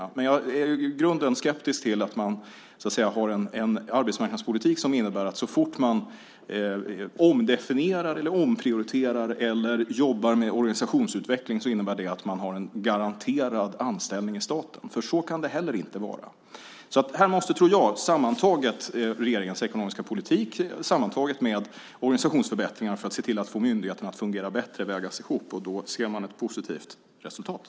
I grunden är jag dock skeptisk till att ha en arbetsmarknadspolitik som så fort man omdefinierar, omprioriterar eller jobbar med organisationsutveckling innebär garanterad anställning hos staten. Så kan det heller inte vara. Sammantaget tror jag att regeringens ekonomiska politik och organisationsförbättringar för att se till att få myndigheterna att fungera bättre måste vägas ihop. Då ser man ett positivt resultat.